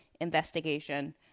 investigation